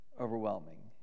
overwhelming